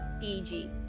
PG